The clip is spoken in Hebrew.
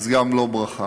אז גם לו ברכה.